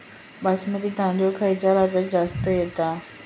बासमती तांदूळ खयच्या राज्यात जास्त येता?